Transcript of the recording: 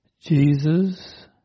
Jesus